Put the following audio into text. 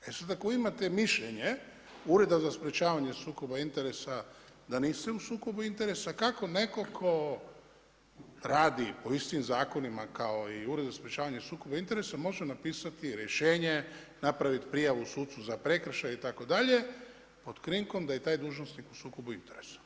E sada ako imate mišljenje Ureda za sprječavanje sukoba interesa da niste u sukobu interesa, kako netko tko radi po istim zakonima kao i Ured za sprječavanje sukoba interesa može napisati rješenje, napisati prijavu sucu za prekršaje itd., pod krinkom da je taj dužnosnik u sukobu interesa.